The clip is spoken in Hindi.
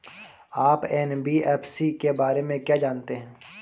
आप एन.बी.एफ.सी के बारे में क्या जानते हैं?